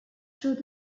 through